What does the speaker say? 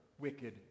wicked